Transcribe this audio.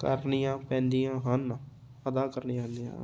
ਕਰਨੀਆਂ ਪੈਂਦੀਆਂ ਹਨ ਅਦਾ ਕਰਨੀਆਂ ਪੈਂਦੀਆਂ ਹਨ